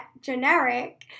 generic